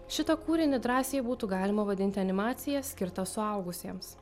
šitą kūrinį drąsiai būtų galima vadinti animacija skirta suaugusiems